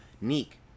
Neek